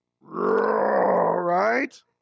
Right